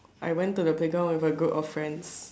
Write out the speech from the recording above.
I went to the playground with a group of friends